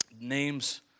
names